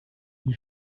die